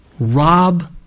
Rob